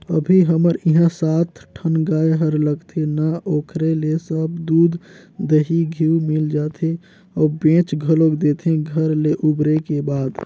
अभी हमर इहां सात ठन गाय हर लगथे ना ओखरे ले सब दूद, दही, घींव मिल जाथे अउ बेंच घलोक देथे घर ले उबरे के बाद